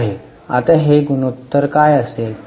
आता हे गुणोत्तर काय सांगेल